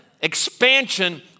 expansion